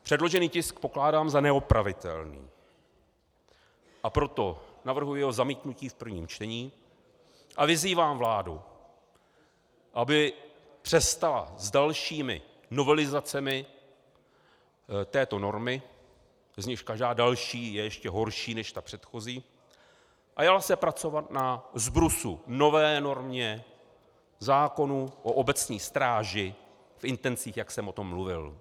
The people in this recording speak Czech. Předložený tisk pokládám za neopravitelný, a proto navrhuji jeho zamítnutí v prvním čtení a vyzývám vládu, aby přestala s dalšími novelizacemi této normy, z nichž každá další je ještě horší než ta předchozí, a jala se pracovat na zbrusu nové normě zákona o obecní stráži v intencích, jak jsem o tom mluvil.